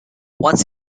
once